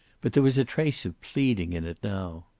but there was a trace of pleading in it now.